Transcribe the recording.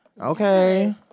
Okay